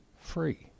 free